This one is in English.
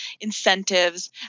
incentives